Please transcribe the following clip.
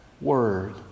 Word